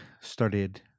started